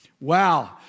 Wow